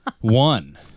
One